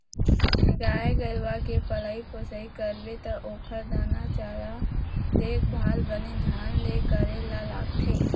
गाय गरूवा के पलई पोसई करबे त ओखर दाना चारा, देखभाल बने धियान ले करे ल लागथे